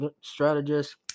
strategist